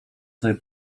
sobie